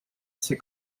c’est